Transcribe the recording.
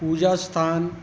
ਪੂਜਾ ਸਥਾਨ